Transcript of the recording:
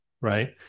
right